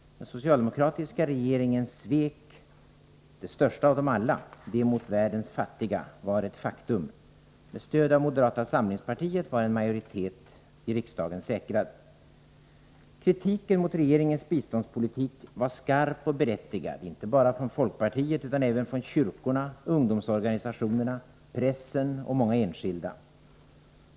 Den socialdemokratiska regeringen svek. Det största sveket av dem alla — det mot världens fattiga — var ett faktum. Med stöd av moderata samlingspartiet var en majoritet i riksdagen säkrad. Kritiken mot regeringens biståndspolitik var skarp och berättigad. Kritiken kom inte bara från folkpartiet, utan även från kyrkorna, ungdomsorganisationerna, pressen och många enskilda.